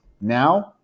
Now